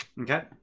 Okay